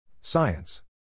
Science